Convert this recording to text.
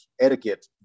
etiquette